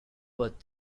but